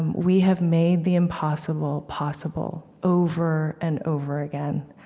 and we have made the impossible possible, over and over again.